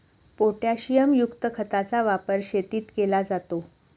पोटॅशियमयुक्त खताचा वापर शेतीत केला जातो